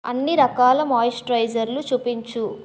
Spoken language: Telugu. అన్ని రకాల మాయిశ్చరైజర్లు చూపించు